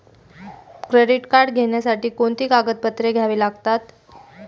Credit card घेण्यासाठी कोणती कागदपत्रे घ्यावी लागतात?